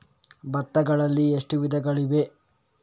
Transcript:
ಭತ್ತಗಳಲ್ಲಿ ಎಷ್ಟು ವಿಧಗಳಿವೆ?